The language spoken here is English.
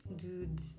Dude